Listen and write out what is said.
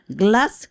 glass